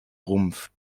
rumpf